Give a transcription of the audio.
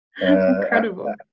incredible